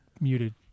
muted